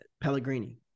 Pellegrini